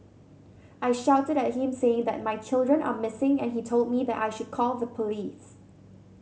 I shouted at him saying that my children are missing and he told me that I should call the police